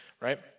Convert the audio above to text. right